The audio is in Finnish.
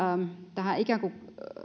tähän ikään kuin